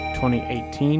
2018